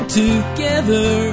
together